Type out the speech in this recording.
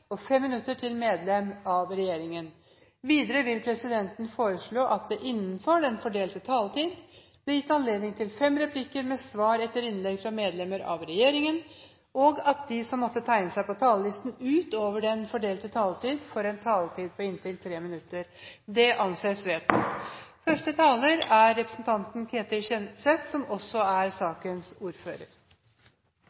til fem replikker med svar etter innlegg fra medlemmer av regjeringen innenfor den fordelte taletid, og at de som måtte tegne seg på talerlisten utover den fordelte taletid, får en taletid på inntil 3 minutter. – Det anses vedtatt.